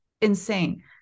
insane